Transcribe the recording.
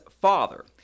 father